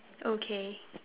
okay